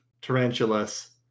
tarantulas